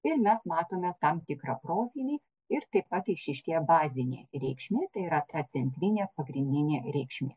ir mes matome tam tikrą profilį ir taip pat išryškėja bazinė reikšmė tai yra ta centrinė pagrindinė reikšmė